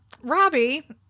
Robbie